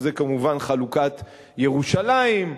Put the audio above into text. שזה כמובן חלוקת ירושלים,